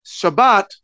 Shabbat